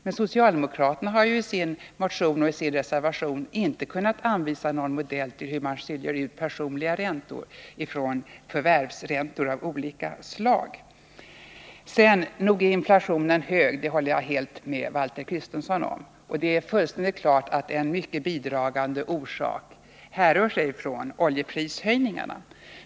Men socialdemokraterna har varken i sin motion eller reservation kunnat anvisa någon modell för hur man skall skilja ut personliga räntor från förvärvsräntor av olika slag. Jag håller med Valter Kristenson om att inflationen är hög. Det står också helt klart att en mycket bidragande orsak till det härrör sig från oljeprishöjningarna.